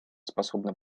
способно